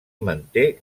manté